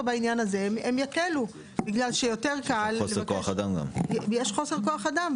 בעניין הזה הם יקלו בגלל שיש חוסר כוח אדם,